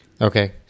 Okay